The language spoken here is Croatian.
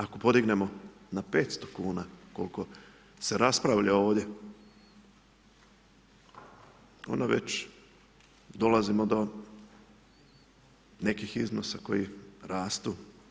Ako podignemo na 500 kuna, koliko se raspravlja ovdje, onda već dolazimo do nekih iznosa koji rastu.